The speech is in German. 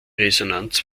resonanz